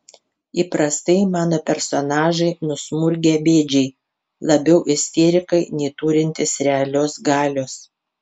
įprastai mano personažai nusmurgę bėdžiai labiau isterikai nei turintys realios galios